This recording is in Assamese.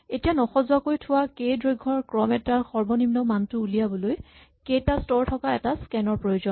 এতিয়া নসজোৱাকৈ থোৱা কে দৈৰ্ঘ্যৰ ক্ৰম এটাৰ সৰ্বনিম্ন মানটো উলিয়াবলৈ কে টা স্তৰ থকা এটা স্কেন ৰ প্ৰয়োজন